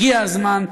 הגיע הזמן,